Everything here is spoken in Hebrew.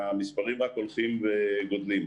והמספרים רק הולכים וגדלים.